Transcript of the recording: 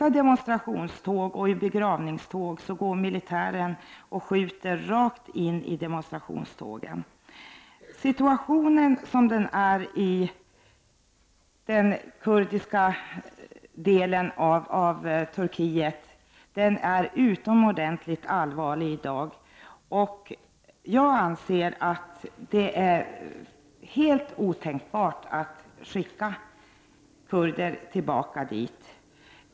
Vid demonstrationer och begravningar skjuter militären rakt in i demonstrationsoch begravningståg. Situationen i den kurdiska delen av Turkiet är i dag utomordentligt allvarlig. Jag anser att det är helt otänkbart att skicka kurder tillbaka dit.